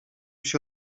się